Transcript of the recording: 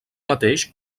mateix